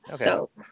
Okay